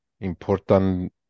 important